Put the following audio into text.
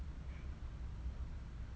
okay the meeting